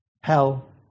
Hell